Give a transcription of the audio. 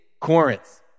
Corinth